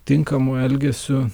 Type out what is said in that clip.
tinkamu elgesiu